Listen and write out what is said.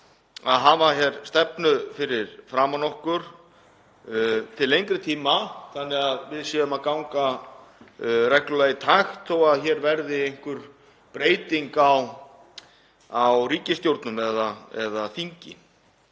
að hafa stefnu fyrir framan okkur til lengri tíma þannig að við séum að ganga reglulega í takt þó að hér verði einhver breyting á ríkisstjórnum eða þingi.